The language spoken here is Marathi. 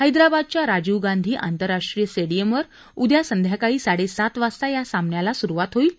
हृद्त्वाबादच्या राजीव गांधी आंतराष्ट्रीय स्टेडियमवर उद्या संध्याकाळी साडेसात वाजता या सामन्याला सुरुवात होईल